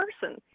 person